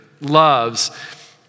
loves